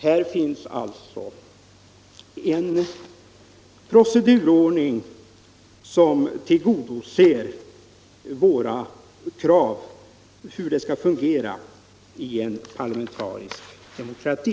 Här finns alltså en procedurordning som tillgodoser våra krav i en parlamentarisk demokrati.